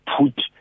put